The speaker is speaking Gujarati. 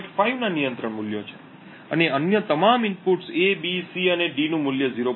5 ના નિયંત્રણ મૂલ્યો છે અને અન્ય તમામ ઇનપુટ્સ A B C અને D નું મૂલ્ય 0